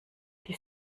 die